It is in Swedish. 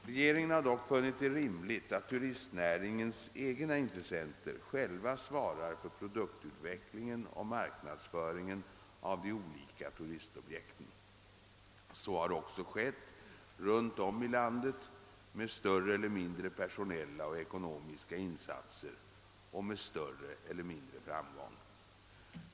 Regeringen har dock funnit det rimligt, att turistnäringens egna intressenter själva svarar för produktutvecklingen och marknadsföringen av de olika turistobjekten. Så har också skett runt om i landet — med större eller mindre personella och ekonomiska insatser och med större eller mindre framgång.